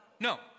No